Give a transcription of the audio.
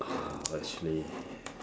actually